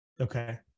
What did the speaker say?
Okay